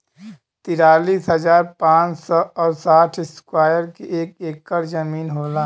तिरालिस हजार पांच सौ और साठ इस्क्वायर के एक ऐकर जमीन होला